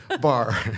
bar